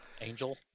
Angel